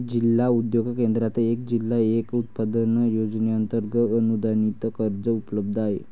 जिल्हा उद्योग केंद्रात एक जिल्हा एक उत्पादन योजनेअंतर्गत अनुदानित कर्ज उपलब्ध आहे